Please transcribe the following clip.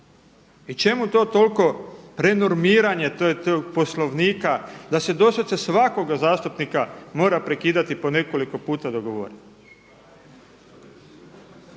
I čemu to toliko prenormiranje tog Poslovnika da se doslovce svakoga zastupnika mora prekidati po nekoliko puta dok govori?